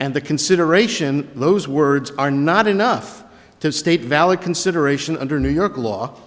and the consideration those words are not enough to state valid consideration under new york law